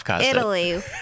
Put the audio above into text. Italy